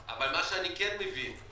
אבל מה שאני כן מבין שברגע שהנוסחה